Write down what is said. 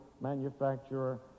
manufacturer